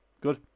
Good